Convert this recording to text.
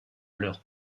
leur